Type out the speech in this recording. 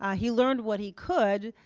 ah he learned what he could.